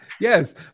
yes